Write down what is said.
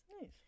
Nice